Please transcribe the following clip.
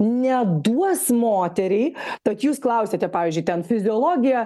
neduos moteriai tad jūs klausiate pavyzdžiui ten fiziologija